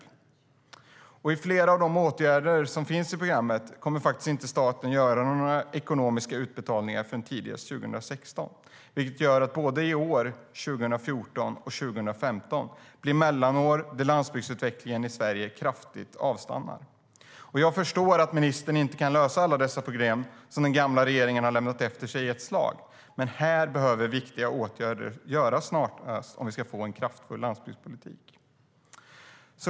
Och när det gäller flera av de åtgärder som finns i programmet kommer staten inte att göra några ekonomiska utbetalningar förrän tidigast 2016, vilket gör att både 2014 och 2015 blir mellanår där landsbygdsutvecklingen i Sverige kraftigt avstannar. Jag förstår att ministern inte i ett slag kan lösa alla dessa problem som den gamla regeringen har lämnat efter sig, men här behöver viktiga åtgärder vidtas snarast om vi ska få en kraftfull landsbygdspolitik.